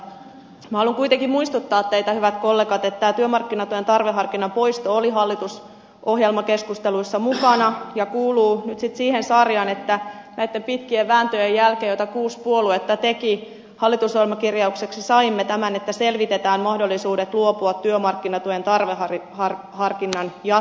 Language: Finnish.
minä haluan kuitenkin muistuttaa teitä hyvät kollegat että tämä työmarkkinatuen tarveharkinnan poisto oli hallitusohjelmakeskusteluissa mukana ja kuuluu nyt sitten siihen sarjaan että näitten pitkien vääntöjen jälkeen joita kuusi puoluetta teki hallitusohjelmakirjaukseksi saimme tämän että selvitetään mahdollisuudet luopua työmarkkinatuen tarveharkinnasta